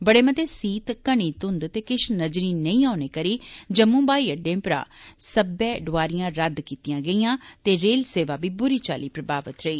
बड़े मते सीत घनी घुंघ ते किश नजरी नेई औने करी जम्मू हवाई अड्डे परां सब्बै डोआरियां रद्द कीतियां गेईयां ते रेल सेवा बी बुरी चाल्ली प्रभावित रेई